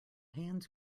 hands